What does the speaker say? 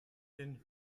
film